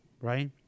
right